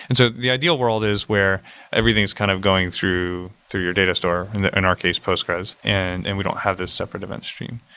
and so the ideal world is where everything is kind of going through through your data store. in and our case, postgres, and and we don't have this separate event stream.